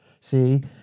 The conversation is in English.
See